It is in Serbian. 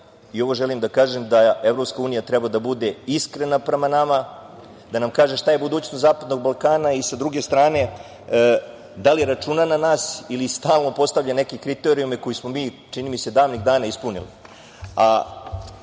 želim da kažem da EU treba da bude iskrena prema nama, da nam kaže šta je budućnost Zapadnog Balkana i sa druge strane da li računa na nas ili stalno postavlja neke kriterijume koje smo mi davnih dana ispunili.